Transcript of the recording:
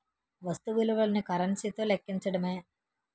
వస్తు విలువను కరెన్సీ తో లెక్కించడమే